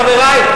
חברי?